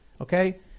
Okay